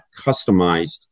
customized